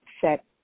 set